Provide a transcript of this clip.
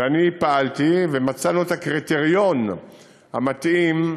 ואני פעלתי ומצאנו את הקריטריון המתאים,